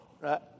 right